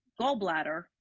gallbladder